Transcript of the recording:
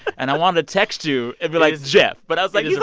and i wanted to text you and be like, geoff. but i was like, yeah